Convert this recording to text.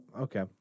Okay